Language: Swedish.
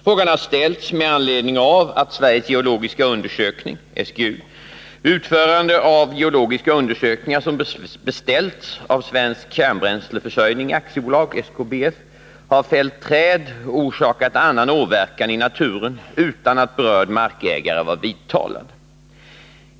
Frågan har ställts med anledning av att Sveriges geologiska undersökning vid utförande av geologiska undersökningar som beställts av Svensk Kärnbränsleförsörjning AB har fällt träd och orsakat annan åverkan i naturen utan att berörd markägare var vidtalad.